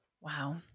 Wow